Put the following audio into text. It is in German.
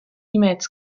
mails